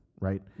right